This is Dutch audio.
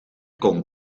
kon